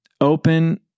Open